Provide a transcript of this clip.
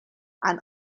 and